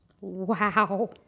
Wow